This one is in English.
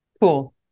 Cool